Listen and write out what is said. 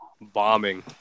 bombing